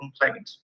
complaint